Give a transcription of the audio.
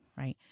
right?